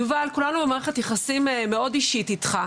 יובל כולנו במערכת יחסים מאוד אישית איתך,